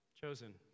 Chosen